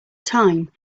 time